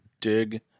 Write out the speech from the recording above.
Dig